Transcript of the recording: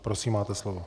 Prosím máte slovo.